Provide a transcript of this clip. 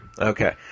Okay